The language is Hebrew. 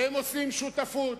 והם עושים שותפות.